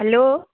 hello